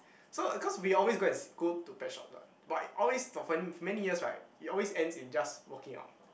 so cause we always go and see go to pet shops what but it always for finding many years right it always ends in just walking out